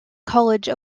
college